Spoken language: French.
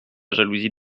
jalousie